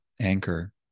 anchor